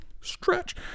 stretch